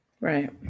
right